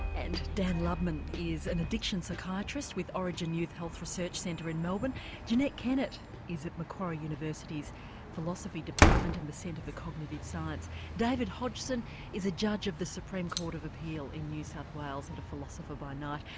and dan lubman is an addiction psychiatrist with orygen youth health research centre in melbourne jeanette kennett is at macquarie university's philosophy department and the centre for cognitive science david hodgson is a judge of the supreme court of appeal in new south wales, and a philosopher by night.